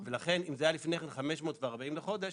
ולכן אם זה היה לפני כן 540 לחודש,